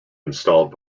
installed